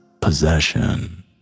Possession